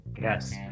yes